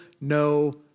no